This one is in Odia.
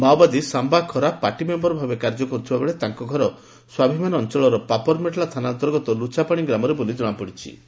ମାଓବାଦୀ ସାମ୍ଘା ଖରା ପାର୍ଟି ମେମ୍ସର ଭାବେ କାର୍ଯ୍ୟ କରୁଥିବା ବେଳେ ତାଙ୍କ ଘର ସ୍ୱାଭିମାନ ଅଂଚଳର ପାପରମେଟଲା ଥାନା ଅନ୍ତର୍ଗତ ଲ୍ରଛାପାଣି ଗ୍ରାମରେ ବୋଲି କଶାପଡ଼ିଛି